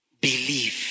believe